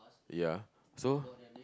ya so